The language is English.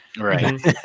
right